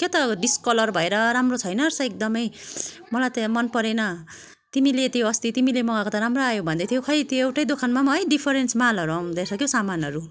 क्या त डिसकलर भएर राम्रो छैन रहेछ एकदमै मलाई त मन परेन तिमीले त्यो अस्ति तिमीले मगाएको त राम्रो आयो भन्दैथ्यौ खै त्यो एउटै दोकानमा पनि है डिफरेन्स मालहरू आउँदोरहेछ क्याउ सामानहरू